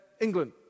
England